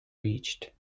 reached